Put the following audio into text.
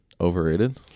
overrated